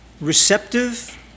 receptive